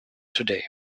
today